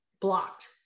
blocked